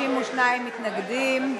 32 מתנגדים.